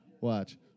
Watch